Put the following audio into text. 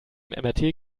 mrt